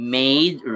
made